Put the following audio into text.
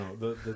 no